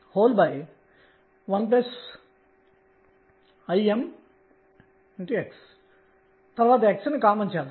ఇప్పుడు ∫√L2 Lz2sin2dθ ను పరిశీలిద్దాం